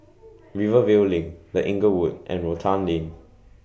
Rivervale LINK The Inglewood and Rotan Lane